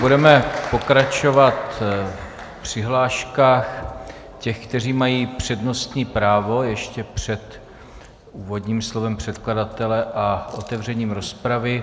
Budeme pokračovat v přihláškách těch, kteří mají přednostní právo, ještě před úvodním slovem předkladatele a otevřením rozpravy.